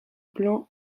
blancs